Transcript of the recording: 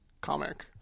comic